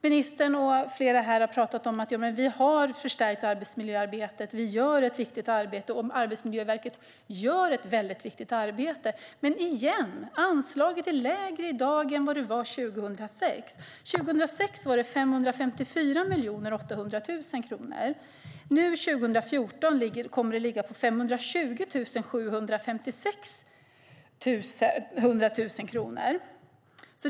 Ministern och flera andra här har sagt att man har förstärkt arbetsmiljöarbetet och att Arbetsmiljöverket gör ett väldigt viktigt arbete. Men igen: Anslaget är lägre i dag än vad det var 2006. År 2006 var det 554 800 000 kronor, och 2014 kommer det att ligga på 520 756 000 kronor.